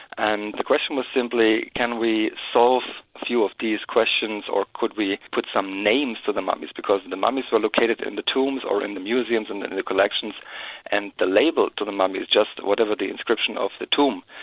and the question was simply can we solve a few of these questions or could we put some names to the mummies, because and the mummies were located in the tombs or in the museums and in the collections and the label to the mummy is just whatever the inscription of the tomb.